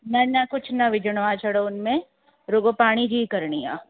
न न कुझु न विझिणो आहे छड़ो हुन में रुॻो पाणी जी करिणी आहे